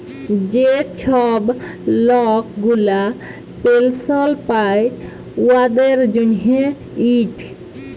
যে ছব লক গুলা পেলসল পায় উয়াদের জ্যনহে ইট